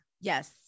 Yes